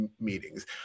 meetings